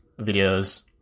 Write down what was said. videos